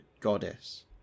goddess